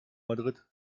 madrid